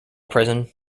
prison